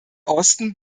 osten